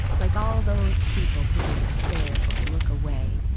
like all those people who would stare or look away.